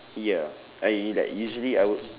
ya I like usually I would